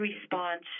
response